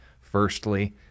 Firstly